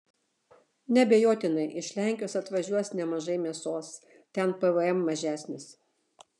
neabejotinai iš lenkijos atvažiuos nemažai mėsos ten pvm mažesnis